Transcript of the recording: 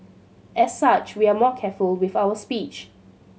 as such we are more careful with our speech